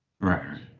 Right